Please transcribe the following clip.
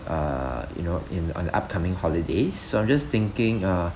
uh you know in on the upcoming holidays so I'm just thinking uh